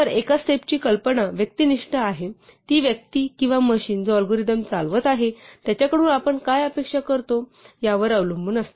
तर एका स्टेप्सची कल्पना व्यक्तिनिष्ठ आहे ती व्यक्ती किंवा मशीन जो अल्गोरिदम चालवत आहे त्याच्याकडून आपण काय अपेक्षा करतो यावर अवलंबून असते